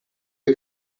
you